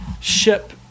ship